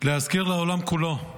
להזכיר לעולם כולו: